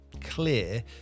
clear